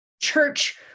church